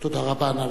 (חברי הכנסת מכבדים בקימה את זכרו של המנוח.) תודה רבה.